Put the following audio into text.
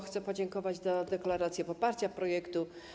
Chcę podziękować za deklarację poparcia projektu.